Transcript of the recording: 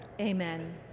Amen